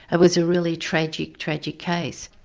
it was a really tragic, tragic case.